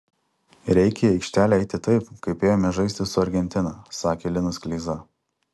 reikia į aikštelę eiti taip kaip ėjome žaisti su argentina sakė linas kleiza